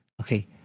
okay